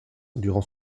durant